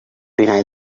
deny